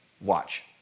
Watch